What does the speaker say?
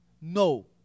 No